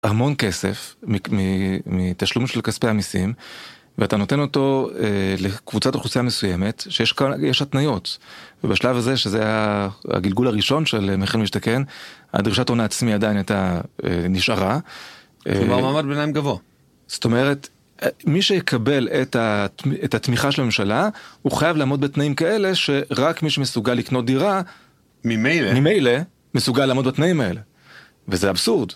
המון כסף מתשלום של כספי המסים ואתה נותן אותו לקבוצת אוכלוסייה מסוימת, שיש התניות ובשלב הזה שזה הגלגול הראשון של מחיר להשתכן, הדרישת הון עצמי עדיין נשארה. זאת אומרת מי שיקבל את התמיכה של הממשלה הוא חייב לעמוד בתנאים כאלה שרק מי שמסוגל לקנות דירה ממילא מסוגל לעמוד בתנאים האלה וזה אבסורד.